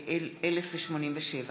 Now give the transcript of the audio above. מ/1087.